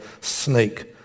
snake